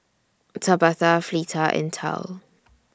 Tabatha Fleeta and Tal